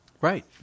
Right